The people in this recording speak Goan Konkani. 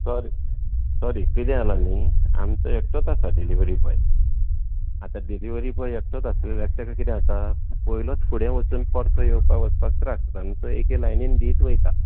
सॉरी सॉरी कितें जालां न्ही आमचो एकटोच आसा डिलीवरी बॉय आतां डिलीवरी बॉय एकटोच आशिल्ल्यान ताका कितें जाता पयलोच फुडें वचून परतो येवपाक वचपाक त्रास जाता न्ही तो एके लायनीन दीत वयता